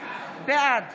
בעד